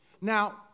Now